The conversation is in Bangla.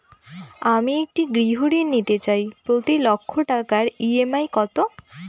আমি একটি গৃহঋণ নিতে চাই প্রতি লক্ষ টাকার ই.এম.আই কত?